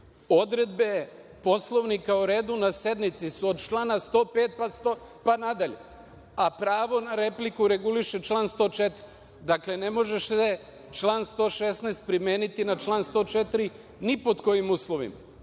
Odredbe Poslovnika o redu na sednicu su od člana 105. pa nadalje, a pravo na repliku reguliše članom 104.Dakle, ne može se član 116. primeniti na član 104. ni pod kojim uslovima.